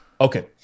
Okay